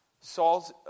Saul's